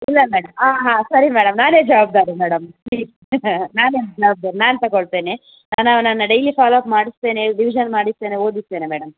ಇಲ್ಲ ಮೇಡಮ್ ಹಾಂ ಹಾಂ ಸರಿ ಮೇಡಮ್ ನಾನೇ ಜವಾಬ್ದಾರಿ ಮೇಡಮ್ ಪ್ಲೀಸ್ ನಾನೇ ಜವಾಬ್ದಾರಿ ನಾನು ತಗೊಳ್ತೇನೆ ನಾನು ಅವನನ್ನು ಡೈಲಿ ಫಾಲೋ ಅಪ್ ಮಾಡಿಸ್ತೇನೆ ರಿವಿಝನ್ ಮಾಡಿಸ್ತೇನೆ ಓದಿಸ್ತೇನೆ ಮೇಡಮ್